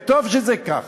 וטוב שזה כך.